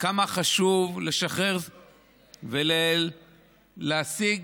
כמה חשוב לשחרר ולהשיג,